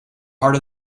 harder